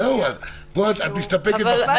זהו, פה את מסתפקת בפנייה.